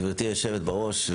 גברתי היושבת בראש,